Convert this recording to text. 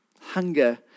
Hunger